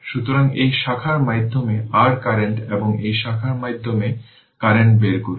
সুতরাং এই শাখার মাধ্যমে r কারেন্ট এবং এই শাখার মাধ্যমে কারেন্ট বের করুন